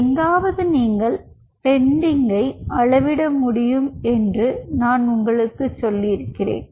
எங்காவது நீங்கள் பெண்டிங்கை அளவிட முடியும் என்று நான் உங்களுக்குச் சொல்லியிருக்கிறேன்